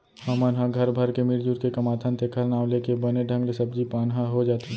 हमन ह घर भर के मिरजुर के कमाथन तेखर नांव लेके बने ढंग ले सब्जी पान ह हो जाथे